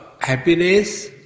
happiness